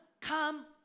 come